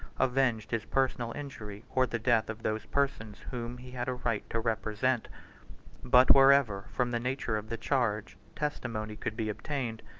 avenged his personal injury, or the death of those persons whom he had a right to represent but wherever, from the nature of the charge, testimony could be obtained,